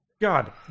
god